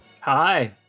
Hi